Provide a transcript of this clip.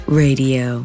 radio